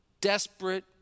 desperate